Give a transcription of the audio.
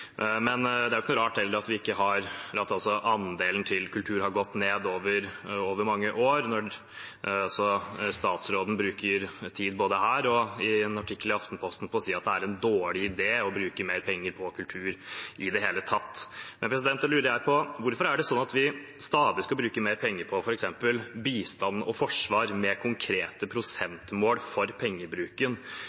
Men det er heller ikke rart at andelen til kultur har gått ned over mange år, når statsråden bruker tid både her og i en artikkel i Aftenposten på å si at det er en dårlig idé å bruke mer penger på kultur i det hele tatt. Da lurer jeg på: Hvorfor er det sånn at vi stadig skal bruke mer penger på f.eks. bistand og forsvar, med konkrete prosentmål for pengebruken,